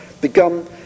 begun